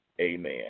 amen